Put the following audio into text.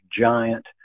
giant